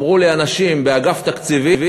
אמרו לי אנשים באגף התקציבים,